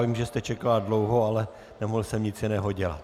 Vím, že jste čekala dlouho, ale nemohl jsem nic jiného dělat.